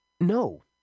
No